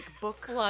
book